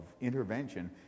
intervention